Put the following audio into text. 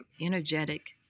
energetic